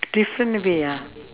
different way ah